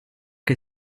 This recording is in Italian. che